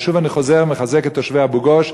ושוב אני חוזר ומחזק את תושבי אבו-גוש.